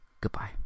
goodbye